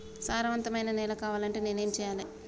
సారవంతమైన నేల కావాలంటే నేను ఏం చెయ్యాలే?